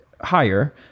higher